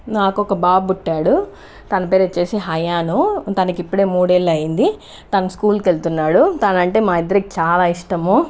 నాకు ఒక బాబు పుట్టాడు తన పేరు వచ్చేసి హయాను దానికి ఇప్పుడే మూడేళ్ళు అయింది తను స్కూల్కి వెళ్తున్నాడు తనంటే మా ఇద్దరికి చాలా ఇష్టము